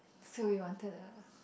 so we wanted a